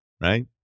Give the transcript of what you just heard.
right